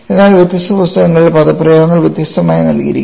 എന്നാൽ വ്യത്യസ്ത പുസ്തകങ്ങളിൽ പദപ്രയോഗങ്ങൾ വ്യത്യസ്തമായി നൽകിയിരിക്കുന്നു